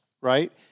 right